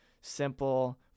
Simple